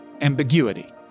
ambiguity